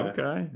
Okay